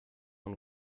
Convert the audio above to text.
von